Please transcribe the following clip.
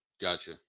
Gotcha